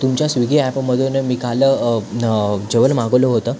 तुमच्या स्विगी ॲपमधून मी काल जेवण मागवलं होतं